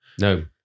No